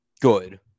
good